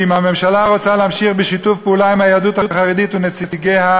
שאם הממשלה רוצה להמשיך בשיתוף פעולה עם היהדות החרדית ונציגיה,